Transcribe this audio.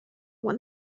one